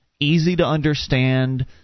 easy-to-understand